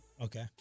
Okay